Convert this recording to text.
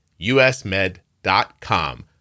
usmed.com